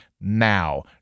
now